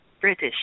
British